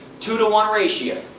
two to one ratio,